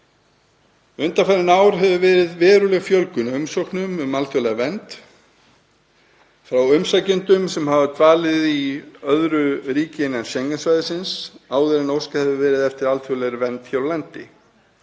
Undanfarin ár hefur verið veruleg fjölgun á umsóknum um alþjóðlega vernd frá umsækjendum sem hafa dvalið í öðru ríki innan Schengen-svæðisins áður en óskað hefur verið eftir alþjóðlegri vernd hér á landi.